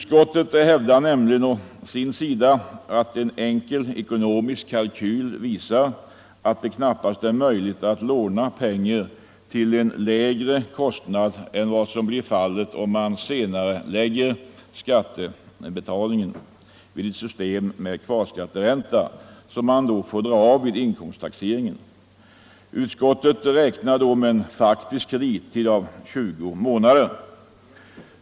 Utskottet hävdar nämligen att en enkel ekonomisk kalkyl visar att det knappast är möjligt att låna pengar till en lägre kostnad än vad som blir fallet om man senarelägger skattebetalningen vid ett system med kvarskatteränta som får dras av vid inkomsttaxeringen. Utskottet räknar då med en faktisk kredit av 20 månader.